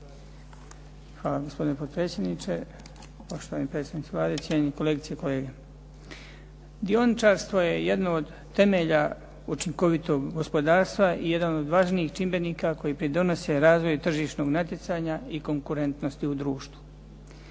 vam gospodine potpredsjedniče. Poštovani predstavnici Vlade, cijenjeni kolegice i kolege. Dioničarstvo je jedno od temelja učinkovitog gospodarstva i jedan od važnijih čimbenika koji pridonose razvoju tržišnog natjecanja i konkurentnosti u društvu.